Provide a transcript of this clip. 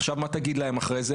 עכשיו מה תגיד להם אחרי זה?